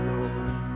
Lord